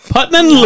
Putman